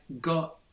got